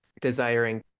desiring